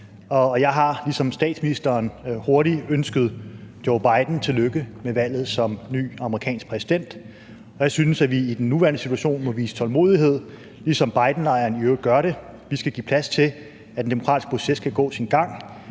jeg har ligesom statsministeren hurtigt ønsket Joe Biden tillykke med valget som ny amerikansk præsident. Jeg synes, at vi i den nuværende situation må udvise tålmodighed, ligesom Bidenlejren i øvrigt gør det. Vi skal give plads til, at den demokratiske proces kan gå sin gang,